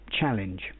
challenge